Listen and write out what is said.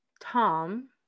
tom